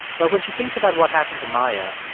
but when she thinks about what happened to maia,